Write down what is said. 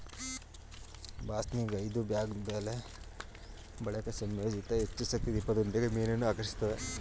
ಬಾಸ್ನಿಗ್ ಇದು ಬ್ಯಾಗ್ ಬಲೆ ಬಳಕೆ ಸಂಯೋಜಿಸುತ್ತೆ ಹೆಚ್ಚುಶಕ್ತಿ ದೀಪದೊಂದಿಗೆ ಮೀನನ್ನು ಆಕರ್ಷಿಸುತ್ತೆ